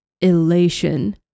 elation